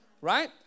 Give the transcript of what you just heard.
right